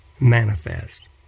manifest